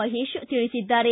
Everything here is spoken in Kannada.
ಮಹೇಶ್ ತಿಳಿಸಿದ್ದಾರೆ